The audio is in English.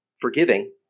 forgiving